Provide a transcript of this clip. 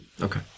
Okay